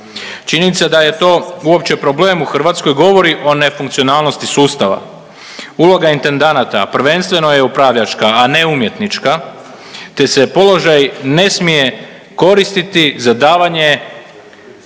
Činjenica da je to uopće problem u Hrvatskoj govori o nefunkcionalnosti sustava. Uloga intendanata prvenstveno je upravljačka, a ne umjetnička te se položaj ne smije koristiti za davanje